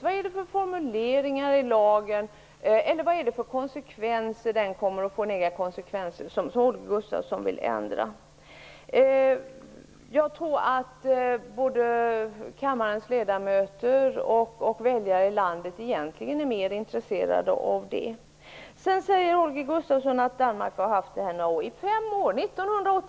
Vad är det Holger Gustafsson vill förbättra? Vilka negativa konsekvenser är det Holger Gustafsson vill undvika? Jag tror att både kammarens ledamöter och väljarna ute i landet är mer intresserade av det. Holger Gustafsson säger att Danmark har haft den här lagstiftningen i några år.